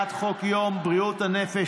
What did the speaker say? הצעת חוק יום בריאות הנפש,